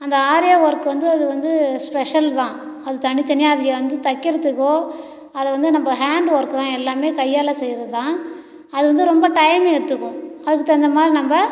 அந்த ஆரிய ஒர்க் வந்து அது வந்து ஸ்பெஷல் தான் அது தனித்தனியாக அதுல வந்து தைக்கிறதுக்கோ அதை வந்து நம்ப ஹேண்ட் ஒர்க்கு தான் எல்லாமே கையால் செய்யுறது தான் அது வந்து ரொம்ப டைம் எடுத்துக்கும் அதுக்கு தகுந்த மாதிரி நம்ப